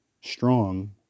strong